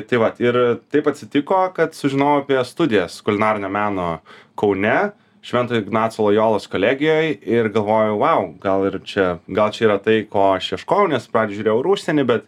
tai vat ir taip atsitiko kad sužinojau apie studijas kulinarinio meno kaune švento ignaco lojolos kolegijoj ir galvojau vuo gal ir čia gal čia yra tai ko aš aš ieškojau nes pradžioj žiūrėjau ir užsieny bet